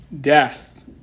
death